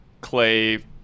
clay